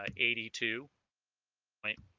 ah eighty two right